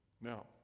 now